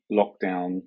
lockdown